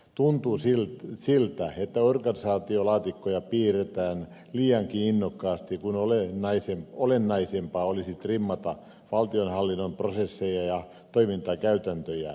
tuntuu siltä että organisaatiolaatikkoja piirretään liiankin innokkaasti kun olennaisempaa olisi trimmata valtionhallinnon prosesseja ja toimintakäytäntöjä